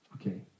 Okay